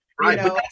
right